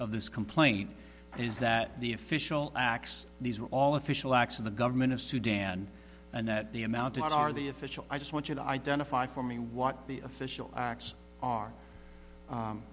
of this complaint is that the official acts these are all official acts of the government of sudan and that the amount are the official i just want you to identify for me what the official acts are